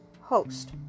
host